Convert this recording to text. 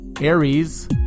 Aries